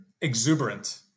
exuberant